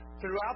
throughout